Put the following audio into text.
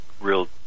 real